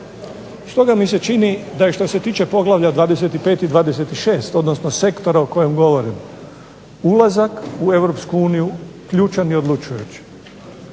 Stoga mi se čini da je što se tiče Poglavlja 25. i 26., odnosno sektora o kojem govorim ulazak u EU ključan i odlučujuć.